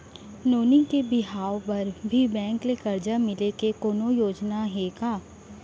नोनी के बिहाव बर भी बैंक ले करजा मिले के कोनो योजना हे का?